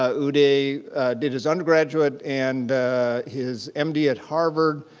ah udai did his undergraduate and his m d. at harvard,